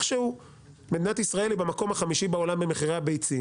שהוא מדינת ישראל היא במקום החמישי בעולם במחירי הביצים.